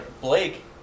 Blake